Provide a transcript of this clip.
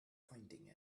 finding